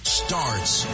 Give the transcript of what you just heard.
starts